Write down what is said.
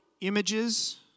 images